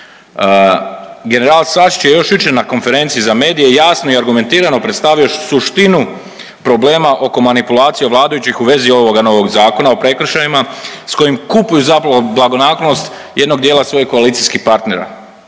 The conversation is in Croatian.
General Sačić je još jučer na konferenciji za medije jasno i argumentirano predstavio suštinu problema oko manipulacije vladajućih u vezi ovog novog Zakona o prekršajima sa kojim kupuju zapravo blagonaklonost jednog dijela svojih koalicijskih partnera,